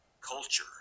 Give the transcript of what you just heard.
culture